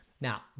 Now